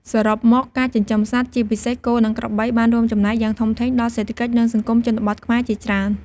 សរុបមក ការចិញ្ចឹមសត្វ ជាពិសេសគោ និងក្របី បានរួមចំណែកយ៉ាងធំធេងដល់សេដ្ឋកិច្ច និងសង្គមជនបទខ្មែរជាច្រើន។